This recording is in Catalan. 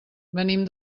venim